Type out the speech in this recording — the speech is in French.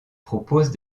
propose